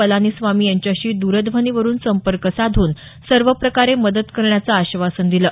पलानीस्वामी यांच्याशी दरध्वनीवरुन संपर्क साधून सर्वप्रकारे मदत करण्याचं आश्वासन दिलं